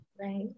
Right